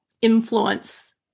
influence